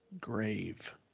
grave